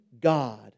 God